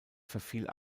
verfiel